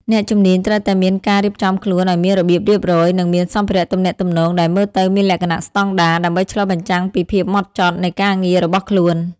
អ្នកជំនាញត្រូវតែមានការរៀបចំខ្លួនឱ្យមានរបៀបរៀបរយ និងមានសម្ភារៈទំនាក់ទំនងដែលមើលទៅមានលក្ខណៈស្តង់ដារ ដើម្បីឆ្លុះបញ្ចាំងពីភាពហ្មត់ចត់នៃការងាររបស់ខ្លួន។